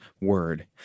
word